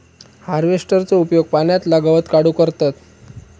हार्वेस्टरचो उपयोग पाण्यातला गवत काढूक करतत